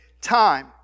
time